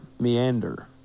Meander